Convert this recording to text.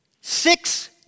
Six